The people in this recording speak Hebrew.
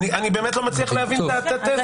אני באמת לא מצליח להבין את התזה.